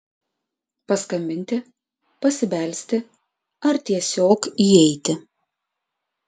paskambinti pasibelsti ar tiesiog įeiti